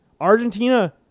Argentina